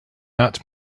that